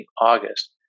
August